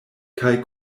kaj